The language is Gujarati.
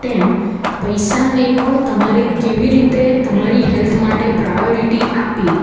તેમ પૈસાને પણ તમારે કેવી રીતે તમારી હેલ્થ માટે પ્રાયોરિટી આપવી